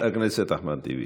חבר הכנסת אחמד טיבי,